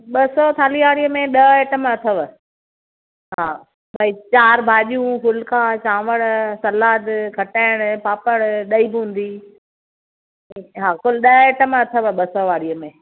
ॿ सौ थाली वारीअ में ॾह आइटम अथव हां भाई चारि भाॼियूं फुल्का चांवर सलाद खटाइण पापड़ ॾही बूंदी हां कुलु ॾह आइटम अथव ॿ सौ वारीअ में